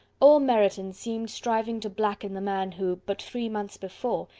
all meryton seemed striving to blacken the man who, but three months before,